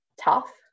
tough